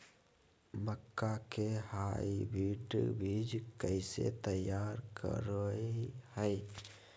मक्का के हाइब्रिड बीज कैसे तैयार करय हैय?